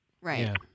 Right